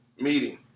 meeting